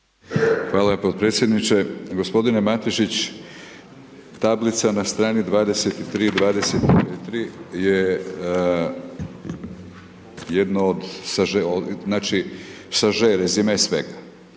Hvala potpredsjedniče. Gospodine Matešić, tablica na strani 23, 24 je jedno od saže, znači saže,